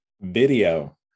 Video